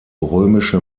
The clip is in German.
römische